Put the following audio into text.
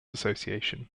association